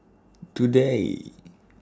today